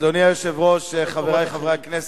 אדוני היושב-ראש, חברי חברי הכנסת,